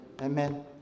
Amen